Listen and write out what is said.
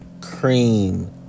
cream